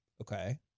Okay